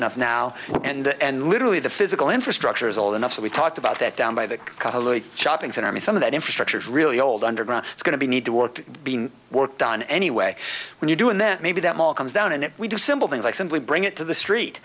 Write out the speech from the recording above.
enough now and literally the physical infrastructure is old enough so we talked about that down by the shopping center mean some of that infrastructure is really old underground it's going to be need to work being worked on anyway when you do and then maybe that mall comes down and we do simple things like simply bring it to the street